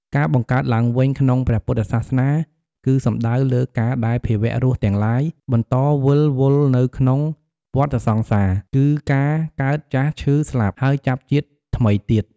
ការបង្កើតឡើងវិញក្នុងព្រះពុទ្ធសាសនា គឺសំដៅលើការដែលភាវៈរស់ទាំងឡាយ បន្តវិលវល់នៅក្នុងវដ្តសង្សារ គឺការកើត ចាស់ ឈឺ ស្លាប់ ហើយចាប់ជាតិថ្មីទៀត។